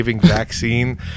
vaccine